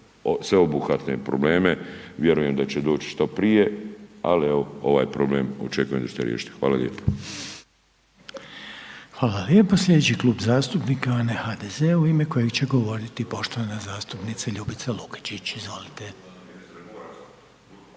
sveobuhvatne probleme vjerujem da će doći što prije ali evo ovaj problem očekujem da ćete riješiti. Hala lijepa. **Reiner, Željko (HDZ)** Hvala lijepa. Sljedeći Klub zastupnika je onaj HDZ-a u ime kojeg će govoriti poštovana zastupnica Ljubica Lukačić. Izvolite.